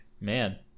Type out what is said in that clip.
man